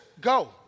go